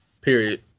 period